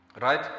right